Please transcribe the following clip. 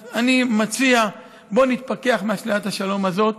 אז אני מציע, בואו נתפקח מאשליית השלום הזאת.